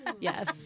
yes